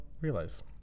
realize